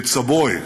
It's a boy,